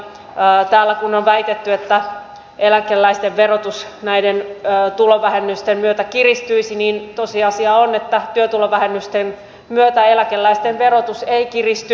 täällä kun on väitetty että eläkeläisten verotus näiden tulovähennysten myötä kiristyisi niin tosiasia on että työtulovähennysten myötä eläkeläisten verotus ei kiristy